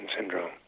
syndrome